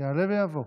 יעלה ויבוא.